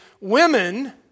women